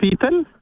people